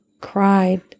cried